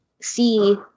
see